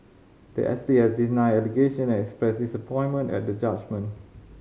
the athlete has denied the allegation and expressed disappointment at the judgment